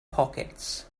pockets